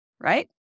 Right